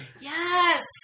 Yes